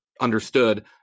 understood